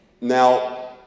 Now